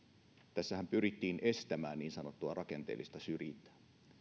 tässähän pyrittiin estämään niin sanottua rakenteellista syrjintää